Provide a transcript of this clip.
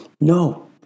No